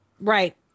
Right